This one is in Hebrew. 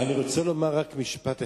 אני רוצה לומר רק משפט אחד,